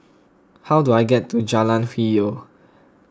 how do I get to Jalan Hwi Yoh